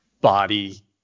body